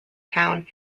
town